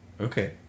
Okay